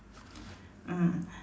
mm